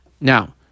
Now